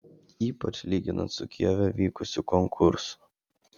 ypač lyginant su kijeve vykusiu konkursu